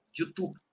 YouTube